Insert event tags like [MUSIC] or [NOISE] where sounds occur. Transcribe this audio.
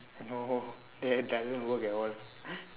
no that doesn't work at all [NOISE]